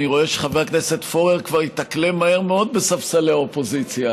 אני רואה שחבר הכנסת פורר כבר התאקלם מהר מאוד בספסלי האופוזיציה.